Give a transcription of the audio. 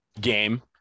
game